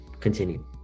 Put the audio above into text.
Continue